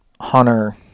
Hunter